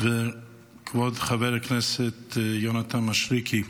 כבוד חבר הכנסת יונתן מישרקי,